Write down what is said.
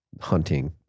hunting